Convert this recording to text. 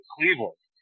Cleveland